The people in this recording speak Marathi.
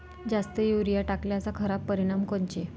जास्त युरीया टाकल्याचे खराब परिनाम कोनचे?